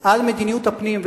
על מדיניות הפנים,